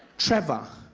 trevor.